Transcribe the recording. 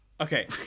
Okay